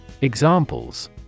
Examples